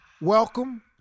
Welcome